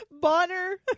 Bonner